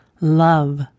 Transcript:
love